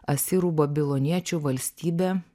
asirų babiloniečių valstybė